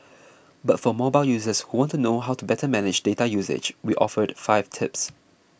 but for mobile users who want to know how to better manage data usage we offered five tips